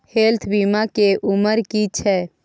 Health बीमा के उमर की छै?